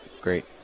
great